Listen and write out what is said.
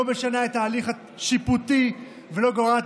לא משנה את ההליך השיפוטי ולא גורעת